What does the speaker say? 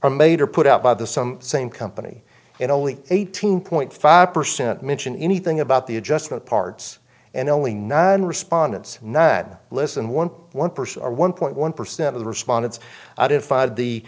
are put out by the some same company and only eighteen point five percent mention anything about the adjustment parts and only nine respondents not listen one one percent or one point one percent of the respondents identified the